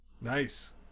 Nice